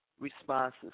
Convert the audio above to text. responses